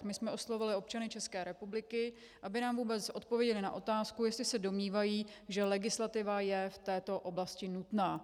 My jsme oslovili občany České republiky, aby nám vůbec odpověděli na otázku, jestli se domnívají, že legislativa je v této oblasti nutná.